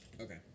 Okay